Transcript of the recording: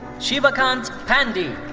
shivakant pandey.